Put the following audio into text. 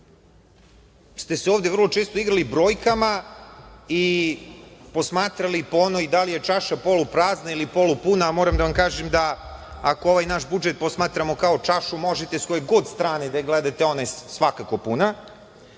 ste se ovde vrlo često igrali brojkama i posmatrali po onoj da li je čaša poluprazna ili polupuna, a moram da vam kažem da ako ovaj naš budžet posmatramo kao čašu, možete s koje god strane da je gledate, ona je svakako puna.